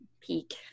peak